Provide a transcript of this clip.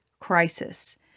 crisis